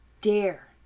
Dare